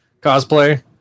cosplay